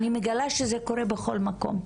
אני מגלה שזה קורה בכל מקום,